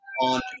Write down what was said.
on